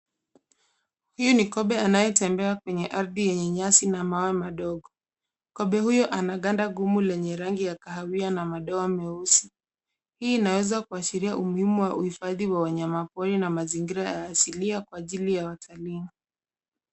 Huyu ni kobe anaye tembea kwenye ardhi ya nyasi na mawe madogo. Kobe huyu ana ganda gumu lenye rangi ya kahawia na madoa meusi. Hii inaweza kuashiria umuhimu wa uhifadhi wa wanyama pori na mazingira ya asilia kwa ajili ya watalii.